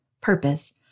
purpose